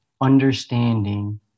understanding